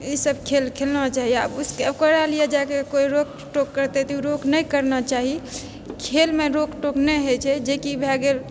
ई सब खेल खेलना चाही ओकरा लिए जाकऽ कोइ रोकटोक करतै तऽ ओ रोक नहि करना चाही खेलमे रोकटोक नहि होइ छै जे कि भऽ गेल